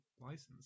license